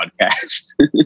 podcast